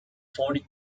forty